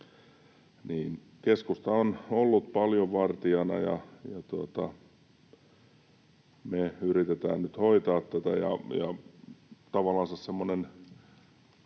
Keskusta on ollut paljon vartijana, ja me yritetään nyt hoitaa tätä.